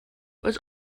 was